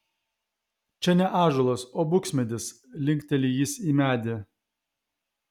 čia ne ąžuolas o buksmedis linkteli jis į medį